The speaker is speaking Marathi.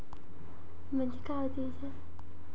खातं काढतानी के.वाय.सी भरनं जरुरीच हाय का?